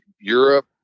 Europe